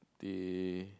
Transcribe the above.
they